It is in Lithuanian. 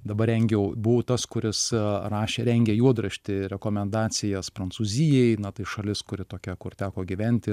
dabar rengiau buvau tas kuris rašė rengia juodraštį rekomendacijas prancūzijai na tai šalis kuri tokia kur teko gyventi